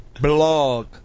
blog